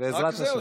בעזרת השם.